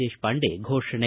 ದೇಶಪಾಂಡೆ ಫೋಷಣೆ